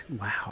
Wow